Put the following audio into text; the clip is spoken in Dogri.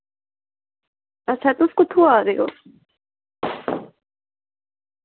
अच्छा तुस कुत्थो आ देओ